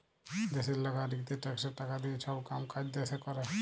দ্যাশের লাগারিকদের ট্যাক্সের টাকা দিঁয়ে ছব কাম কাজ দ্যাশে ক্যরে